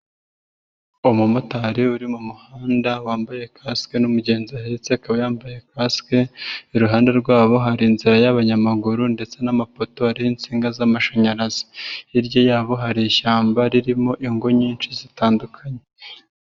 Umumotari uri mu muhanda wambaye kasike n'umugenzi ahetse akaba yambaye kasike iruhande rwabo hari inzira y'abanyamaguru ndetse n'amapoto ariho insinga z'amashanyarazi, hirya yabo hari ishyamba ririmo ingo nyinshi zitandukanye.